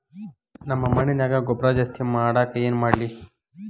ನಮ್ಮ ಮಣ್ಣಿನ್ಯಾಗ ಗೊಬ್ರಾ ಜಾಸ್ತಿ ಮಾಡಾಕ ಏನ್ ಮಾಡ್ಲಿ?